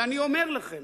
ואני אומר לכם,